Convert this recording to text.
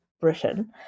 Britain